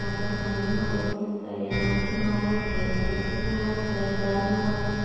मटर पनिरमा होस् चाहे मासुमा होस् चाहे सब्जीमा होस् चाहे दालमा होस्